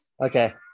Okay